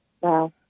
Wow